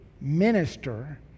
minister